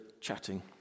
chatting